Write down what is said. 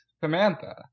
Samantha